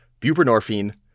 buprenorphine